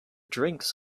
drinks